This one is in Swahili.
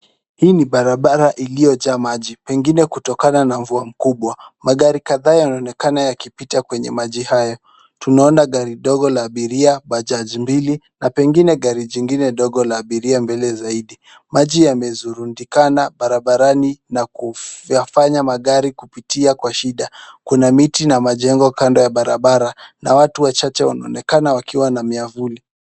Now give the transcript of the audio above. Hii ni barabara iliojaa maji, pengine kutokana na mvua mkubwa. Magari kadhaa yanaonekana yakipita kwenye maji haya. Tunaona gari ndogo la abiria , Bajaj mbili na pengine gari chingine ndogo la abiria mbele saidi. Maji yamesurundikana barabarani na kuyafanya magari kupitia kwa shida. Kuna miti na majengo kando ya barabara na watu wachache wanaonekana wakiwa na miavuli.